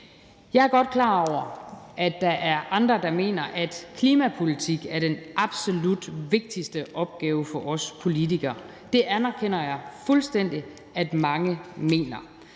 Jeg er godt klar over, at der er andre, der mener, at klimapolitik er den absolut vigtigste opgave for os politikere. Det anerkender jeg fuldstændig at mange mener.